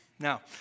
Now